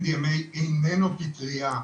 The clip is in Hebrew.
MDMA איננו פטריה.